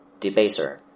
debaser